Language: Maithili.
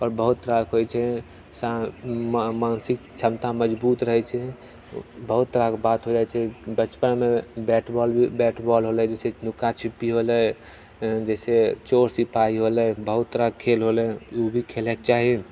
आओर बहुत रास होइत छै जे मानसिक छमता मजबूत रहैत छै बहुत तरहके बात हो जाइत छै बचपनमे बैट बॉल बैट बॉल होलै जैसे नुका छुपी होलै फेर जैसे चोर सिपाही होलै बहुत तरहके खेल होलै ओ भी खेलैके चाही